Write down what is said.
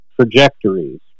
trajectories